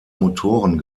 motoren